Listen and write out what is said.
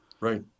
Right